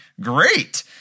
great